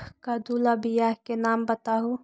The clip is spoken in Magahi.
कददु ला बियाह के नाम बताहु?